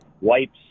wipes